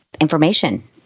information